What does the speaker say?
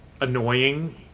annoying